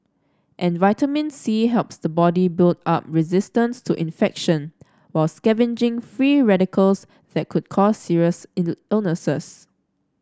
and vitamin C helps the body build up resistance to infection while scavenging free radicals that could cause serious illnesses